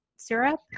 syrup